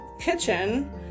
kitchen